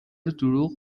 دروغ